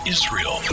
Israel